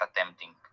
attempting